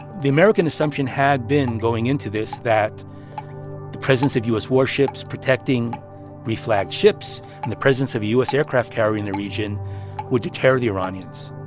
the american assumption had been, going into this, that the presence of u s. warships, protecting reflagged ships and the presence of a u s. aircraft carrier in the region would deter the iranians.